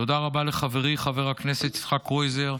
תודה רבה לחברי חבר הכנסת יצחק קרויזר,